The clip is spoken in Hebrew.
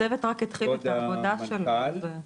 הצוות רק התחיל את העבודה שלו, אז.